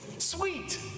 Sweet